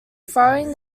throwing